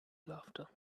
laughter